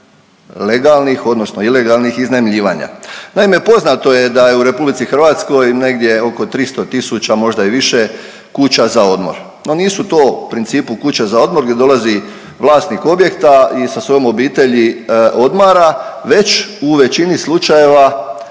legalnih, odnosno ilegalnih iznajmljivanja. Naime, poznato je da je u Republici Hrvatskoj negdje oko 300 000 možda i više kuća za odmor, no nisu to u principu kuće za odmor gdje dolazi vlasnik objekta i sa svojom obitelji odmara već u većini slučajeva